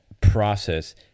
process